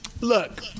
look